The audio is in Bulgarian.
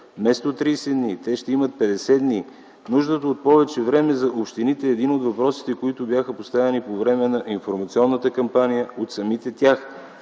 Вместо 30 дни, те ще имат 50 дни. Нуждата от повече време за общините е един от въпросите, които бяха поставени по време на информационната кампания от самите тях.